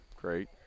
great